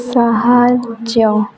ସାହାଯ୍ୟ